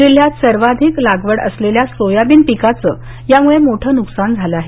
जिल्ह्यात सर्वाधिक लागवड असलेल्या सोयाबीन पिकाचं यामुळे मोठं नुकसान झालं आहे